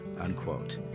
unquote